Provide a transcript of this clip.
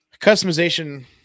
customization